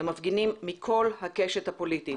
למפגינים מכל הקשת הפוליטית,